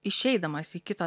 išeidamas į kitą